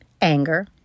anger